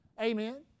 Amen